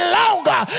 longer